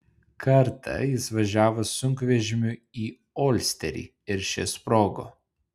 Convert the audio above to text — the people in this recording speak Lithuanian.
kartą jis važiavo sunkvežimiu į olsterį ir šis sprogo